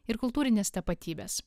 ir kultūrines tapatybes